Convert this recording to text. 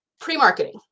pre-marketing